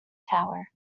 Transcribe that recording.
tower